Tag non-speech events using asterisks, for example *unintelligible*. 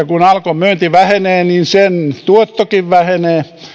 *unintelligible* kun alkon myynti vähenee sen tuottokin vähenee